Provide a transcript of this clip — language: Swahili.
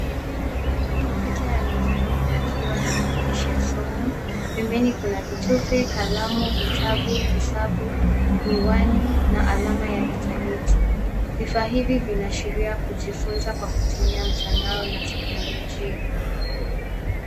Kompyuta ya mezani ikiwa na maandishi ya somo pembeni kuna vitufe, kalamu, vitabu, hesabu, miwani na alama ya intaneti. Vifaa hivi vinaashiria kujifunza kwa kutumia mtandao na teknolojia.